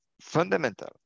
fundamental